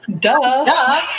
Duh